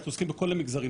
אנחנו עוסקים בכל המגזרים,